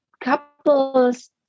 couples